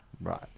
Right